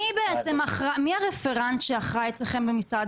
מי בעצם הרפרנט שאחראי אצלכם במשרד